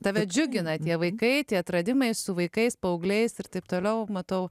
tave džiugina tie vaikai tie atradimai su vaikais paaugliais ir taip toliau matau